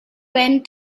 went